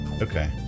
Okay